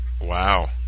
Wow